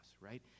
right